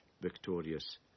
victorious